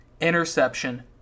interception